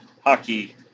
hockey